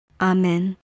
Amen